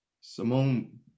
Simone